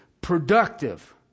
productive